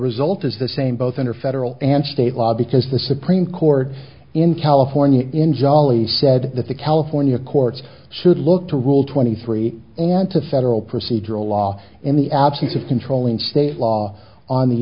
result is the same both under federal and state law because the supreme court in california in jolly said that the california courts should look to rule twenty three or into federal procedural law in the absence of controlling state law on the